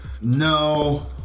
no